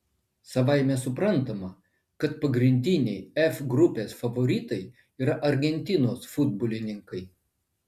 savaime suprantama kad pagrindiniai f grupės favoritai yra argentinos futbolininkai